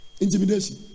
intimidation